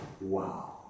wow